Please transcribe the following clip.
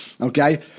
okay